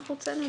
שנית, נודע לי